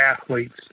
athletes